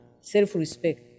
self-respect